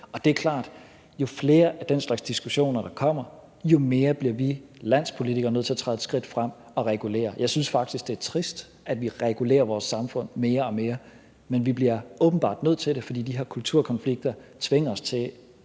Det er klart, at jo flere af den slags diskussioner, der kommer, jo mere bliver vi landspolitikere nødt til at træde et skridt frem og regulere. Jeg syntes faktisk, det er trist, at vi regulerer vores samfund mere og mere, men vi bliver åbenbart nødt til det, fordi de her kulturkonflikter tvinger os til